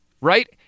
right